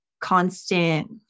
constant